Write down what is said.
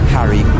Harry